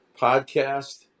podcast